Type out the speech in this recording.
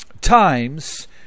times